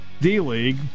D-League